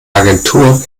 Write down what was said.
agentur